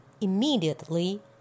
Immediately